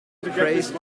praised